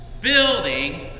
building